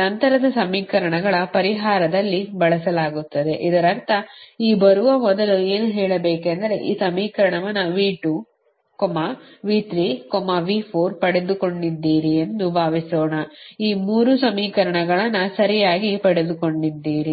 ನಂತರದ ಸಮೀಕರಣಗಳ ಪರಿಹಾರದಲ್ಲಿ ಬಳಸಲಾಗುತ್ತದೆ ಇದರರ್ಥ ಈ ಬರುವ ಮೊದಲು ಏನು ಹೇಳಬೇಕೆಂದರೆ ಈ ಸಮೀಕರಣವನ್ನು V2 V3 V4 ಪಡೆದುಕೊಂಡಿದ್ದೀರಿ ಎಂದು ಭಾವಿಸೋಣ ಈ 3 ಸಮೀಕರಣಗಳನ್ನು ಸರಿಯಾಗಿ ಪಡೆದುಕೊಂಡಿದ್ದೀರಿ